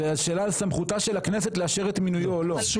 זו שאלה על סמכותה של הכנסת לאשר את מינויו או לא.